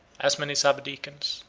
as many sub-deacons,